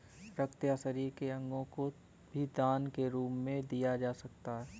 रक्त या शरीर के अंगों को भी दान के रूप में दिया जा सकता है